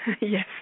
Yes